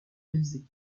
brisés